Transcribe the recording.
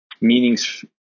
meanings